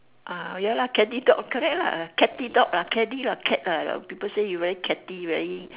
ah ya lah catty dog correct lah catty dog ah catty lah cat lah people say you're very catty very